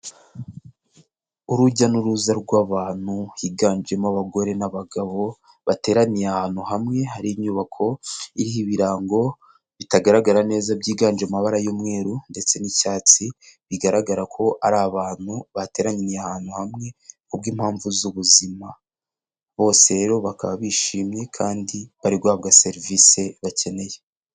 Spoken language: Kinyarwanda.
Urujya n'uruza rw'abantu higanjemo abagore n'abagabo bateraniye ahantu hamwe hari inyubako iriho ibirango bitagaragara neza byiganje amabara y'umweru ndetse n'icyatsi, bigaragara ko ari abantu bateraniye ahantu hamwe kubw'impamvu z'ubuzima, bose rero bakaba bishimye kandi bari guhahabwa serivisi bakeneye.